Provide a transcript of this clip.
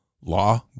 law